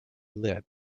light